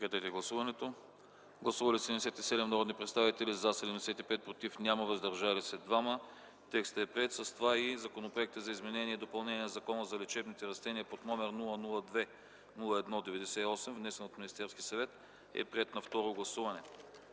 комисията подкрепя. Гласували 77 народни представители: за 75, против няма, въздържали се 2. Текстът е приет, а с това и Законопроектът за изменение и допълнение на Закона за лечебните растения, № 002-01-98, внесен от Министерския съвет, е приет на второ гласуване.